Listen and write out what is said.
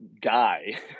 guy